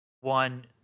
one